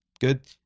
Good